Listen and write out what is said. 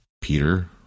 Peter